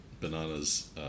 Banana's